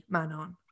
Manon